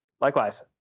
Likewise